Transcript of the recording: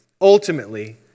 ultimately